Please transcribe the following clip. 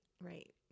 right